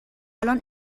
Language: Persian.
الان